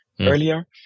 earlier